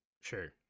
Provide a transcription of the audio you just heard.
sure